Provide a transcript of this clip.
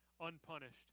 unpunished